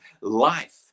life